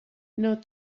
note